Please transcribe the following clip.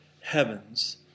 heavens